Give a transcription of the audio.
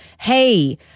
Hey